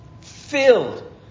filled